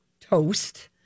toast